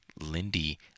Lindy